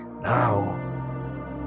now